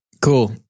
Cool